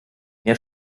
mehr